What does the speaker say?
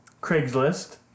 Craigslist